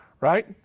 right